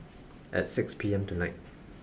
at six P M tonight